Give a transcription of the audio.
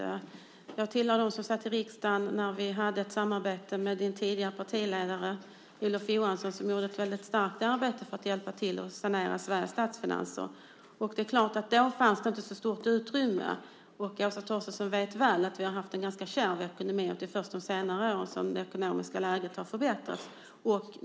Jag tillhör dem som satt i riksdagen när vi hade ett samarbete med din tidigare partiledare Olof Johansson, som gjorde ett väldigt starkt arbete för att hjälpa till för att sanera statsfinanserna. Då fanns det inte ett så stort utrymme. Åsa Torstensson vet väl att vi har haft en ganska kärv ekonomi och att det först är nu under senare år som det ekonomiska läget har förbättrats.